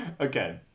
Okay